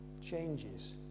Changes